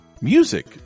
music